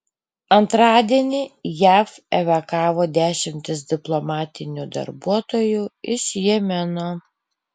antradienį jav evakavo dešimtis diplomatinių darbuotojų iš jemeno